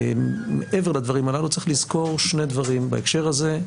מעבר לדברים הללו צריך לזכור שני דברים בהקשר הזה: